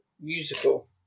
musical